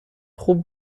خوب